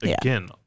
Again